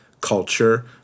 culture